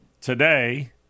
Today